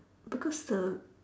because the